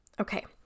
Okay